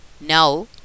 Now